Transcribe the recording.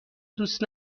دوست